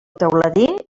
teuladí